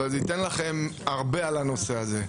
אבל זה ייתן לכם הרבה על הנושא הזה.